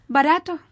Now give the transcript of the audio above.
Barato